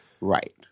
Right